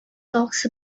talks